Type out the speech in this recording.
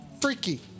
Freaky